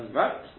right